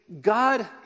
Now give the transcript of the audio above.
God